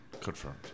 confirmed